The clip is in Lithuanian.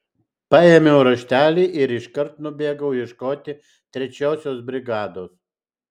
paėmiau raštelį ir iškart nubėgau ieškoti trečiosios brigados